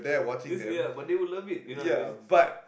this yeah but they will love it you know I mean